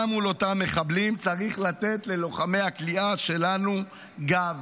וגם מול אותם מחבלים צריך לתת ללוחמי הכליאה שלנו גב